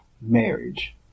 marriage